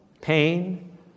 pain